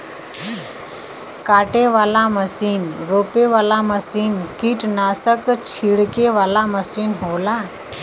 काटे वाला मसीन रोपे वाला मसीन कीट्नासक छिड़के वाला मसीन होला